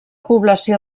població